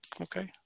Okay